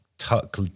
tuck